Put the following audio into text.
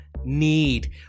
need